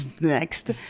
next